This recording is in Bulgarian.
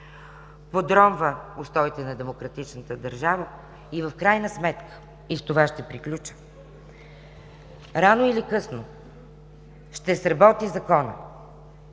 подронва устоите на демократичната държава и в крайна сметка, и с това ще приключа, рано или късно ще сработи закон,